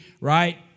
right